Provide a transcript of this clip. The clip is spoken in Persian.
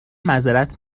معذرت